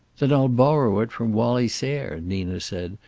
then i'll borrow it from wallie sayre, nina said,